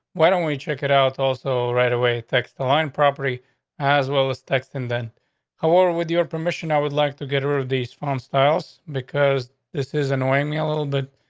why don't we trick it out also right away. text the line property as well as text and then a war. with your permission, i would like to get her of these phone styles because this is annoying me a little bit.